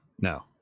no